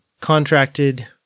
contracted